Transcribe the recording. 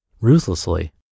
ruthlessly